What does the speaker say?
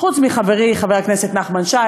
חוץ מחברי חבר הכנסת נחמן שי,